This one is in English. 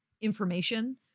information